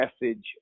message